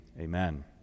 amen